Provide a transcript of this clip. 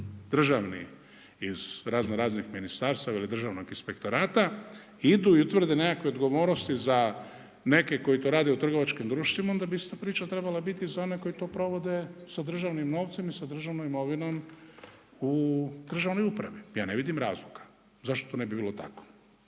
državni iz razno raznih ministarstava ili Državnog inspektorata idu i utvrde nekakve odgovornosti za neke koji to rade u trgovačkim društvima, onda bi ista priča trebala biti i za one koji to provode sa državnim novcem i sa državnom imovinom u državnoj upravi. Ja ne vidim razloga zašto to ne bi bilo tako.